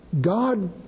God